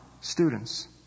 students